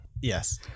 Yes